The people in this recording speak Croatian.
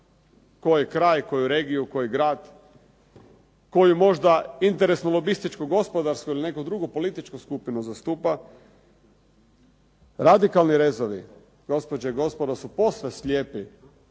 koji kraj, koju regiju, koji grad, koju možda interesnu lobističku gospodarsku ili neku drugu političku skupinu zastupa. Radikalni rezovi gospođe i gospodo su posve slijepi